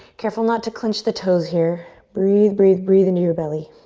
careful not to clench the toes here. breathe, breathe, breathe into your belly.